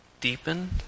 deepened